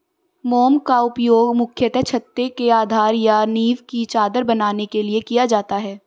मोम का उपयोग मुख्यतः छत्ते के आधार या नीव की चादर बनाने के लिए किया जाता है